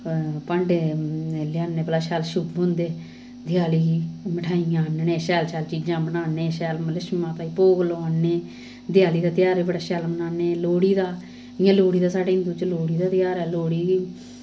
भांडे लेआह्नने भला शैल शुभ होंदे देआली गी मठेआइयां आह्नने शैल शैल चीजां बनान्नें शैल लक्ष्मी माता गी भोग लोआन्नें देआली दा तेहार बी बड़ा शैल बनान्नें लोह्ड़ी दा इ'यां लोह्ड़ी ते साढ़े हिन्दू च लोह्ड़ी दा तेहार ऐ